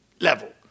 level